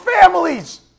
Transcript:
families